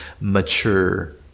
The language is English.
mature